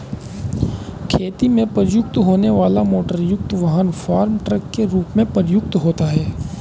खेती में प्रयुक्त होने वाला मोटरयुक्त वाहन फार्म ट्रक के रूप में प्रयुक्त होता है